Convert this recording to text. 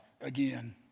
again